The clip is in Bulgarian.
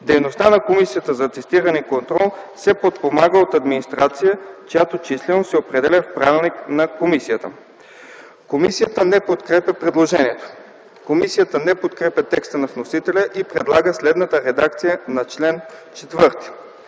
Дейността на Комисията за атестиране и контрол се подпомага от администрация, чиято численост се определя в правилника на комисията.” Комисията не подкрепя предложението. Комисията не подкрепя текста на вносителя и предлага следната редакция на чл. 4: „Чл.